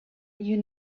you